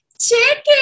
Chicken